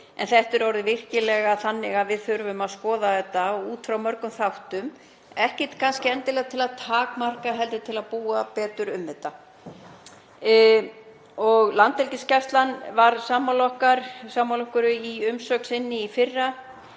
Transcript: En þetta er orðið virkilega þannig að við þurfum að skoða þetta út frá mörgum þáttum, ekki kannski endilega til að takmarka heldur til að búa betur um þetta. Landhelgisgæslan var sammála okkur í umsögn sinni í fyrra